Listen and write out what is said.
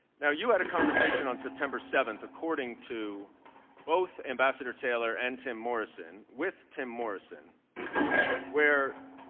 yeah you had a conversation on september seven according to both ambassador taylor and tim morrison with tim morrison where